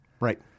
Right